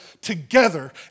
together